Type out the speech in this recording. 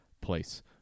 place